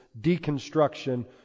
deconstruction